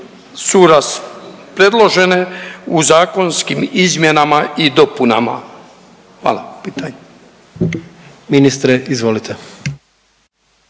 su predložene u zakonskim izmjenama i dopunama. Hvala.